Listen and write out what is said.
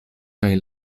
kaj